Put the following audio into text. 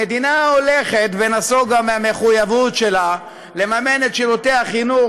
המדינה הולכת ונסוגה מהמחויבות שלה לממן את שירותי החינוך